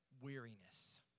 weariness